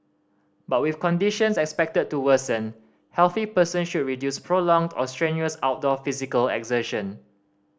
but with conditions expected to worsen healthy person should reduce prolonged or strenuous outdoor physical exertion